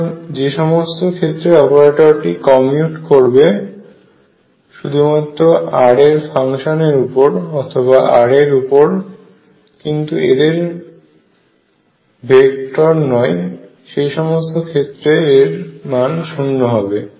সুতরাং যে সমস্ত ক্ষেত্রে অপারেটরটি ভেক্টরবিহীন রাশি r এর ফাংশনের সঙ্গে অথবা কেবলমাত্র r এর সঙ্গে কমিউট করবে সেই সমস্ত ক্ষেত্রে এদের কমিউটেশনের মান শূন্য হবে